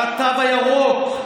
על התו הירוק,